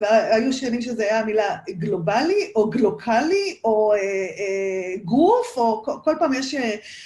והיו שנים שזו הייתה מילה גלובלי, או גלוקלי, או גוף, או כל פעם יש...